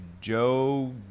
Joe